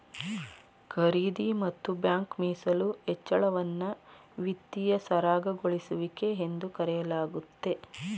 ಖರೀದಿ ಮತ್ತು ಬ್ಯಾಂಕ್ ಮೀಸಲು ಹೆಚ್ಚಳವನ್ನ ವಿತ್ತೀಯ ಸರಾಗಗೊಳಿಸುವಿಕೆ ಎಂದು ಕರೆಯಲಾಗುತ್ತೆ